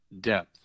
depth